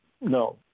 No